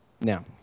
Now